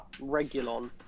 regulon